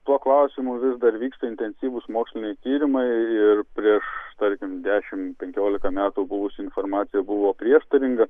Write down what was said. tuo klausimu vis dar vyksta intensyvūs moksliniai tyrimai ir prieš tarkim dešimt penkiolika metų buvusi informacija buvo prieštaringa